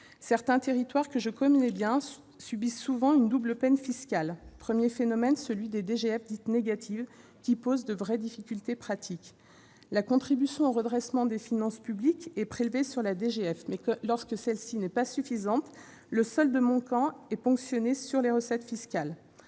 Certains territoires que je connais bien subissent souvent une double peine fiscale. D'abord, les DGF dites négatives posent de vraies difficultés pratiques. C'est vrai ! La contribution au redressement des finances publiques est prélevée sur la DGF ; quand celle-ci n'est pas suffisante, le solde manquant est ponctionné sur les recettes fiscales.